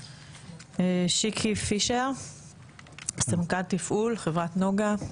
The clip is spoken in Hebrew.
שיקי פישר סמנכ"ל תפעול חברת נגה.